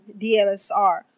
DLSR